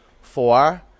Four